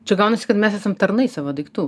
čia gaunasi kad mes esam tarnai savo daiktų